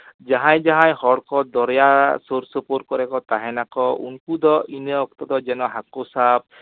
ᱡᱟᱦᱟᱸᱭ ᱡᱟᱦᱟᱸᱭ ᱦᱚᱲ ᱠᱚ ᱫᱚᱨᱭᱟ ᱥᱩᱨ ᱥᱩᱯᱩᱨ ᱠᱚᱨᱮ ᱠᱚ ᱛᱟᱦᱮᱱᱟᱠᱚ ᱩᱱᱠᱩ ᱠᱚ ᱤᱱᱟᱹ ᱚᱠᱛᱚ ᱫᱚ ᱡᱮᱱᱚ ᱦᱟᱠᱳ ᱥᱟᱵ